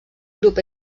grup